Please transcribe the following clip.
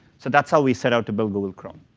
so that's how we set out to build google chrome.